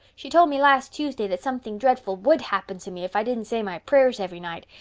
she told me last tuesday that something dreadful would happen to me if i didn't say my prayers every night.